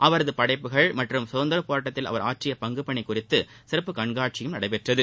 அவரது படைப்புகள் மற்றும் சுதந்திரப் போரட்டத்தில் அவர் ஆற்றிய பங்குபணி குறித்த சிறப்பு கண்காட்சியும் நடைபெற்றது